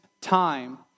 time